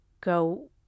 go –